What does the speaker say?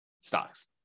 stocks